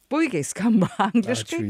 puikiai skamba angliškai